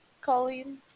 Colleen